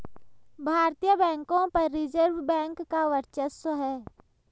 भारतीय बैंकों पर रिजर्व बैंक का वर्चस्व है